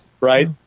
Right